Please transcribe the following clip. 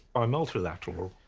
by multilateral,